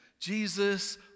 Jesus